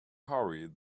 hurry